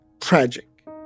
tragic